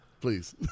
please